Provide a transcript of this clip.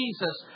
Jesus